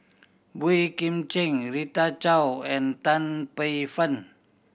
Boey Kim Cheng Rita Chao and Tan Paey Fern